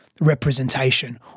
representation